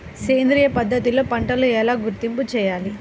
సేంద్రియ పద్ధతిలో పంటలు ఎలా గుర్తింపు చేయాలి?